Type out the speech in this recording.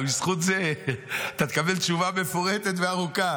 בזכות זה אתה תקבל תשובה מפורטת וארוכה.